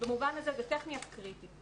במובן הזה, זה טכני אך קריטי.